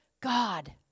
God